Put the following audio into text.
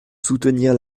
soutenir